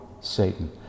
satan